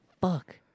Fuck